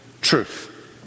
truth